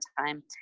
time